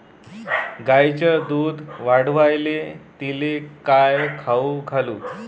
गायीचं दुध वाढवायले तिले काय खाऊ घालू?